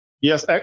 Yes